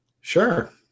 Sure